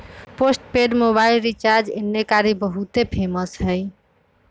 postpaid mobile recharge एन्ने कारि बहुते फेमस हई